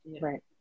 Right